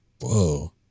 Whoa